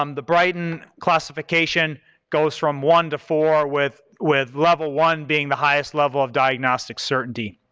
um the britain classification goes from one to four with with level one being the highest level of diagnostic certainty.